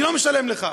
אני לא משלם לך.